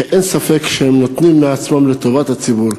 שאין ספק שהם נותנים מעצמם לטובת הציבור.